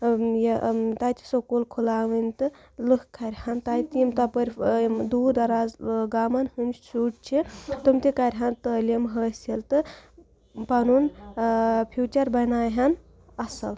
یہِ تَتہِ سکوٗل کھُلاوٕنۍ تہٕ لُکھ کَرِہَن تَتہِ یِم تَپٲرۍ یِم دوٗر دراز گامَن ہٕںٛدۍ شُرۍ چھِ تِم تہِ کَرِ ہَن تعلیٖم حٲصِل تہٕ پَنُن فیوٗچَر بَنایِہَن اَصٕل